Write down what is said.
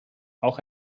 auch